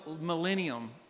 millennium